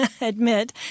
admit